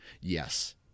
Yes